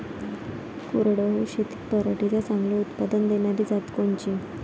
कोरडवाहू शेतीत पराटीचं चांगलं उत्पादन देनारी जात कोनची?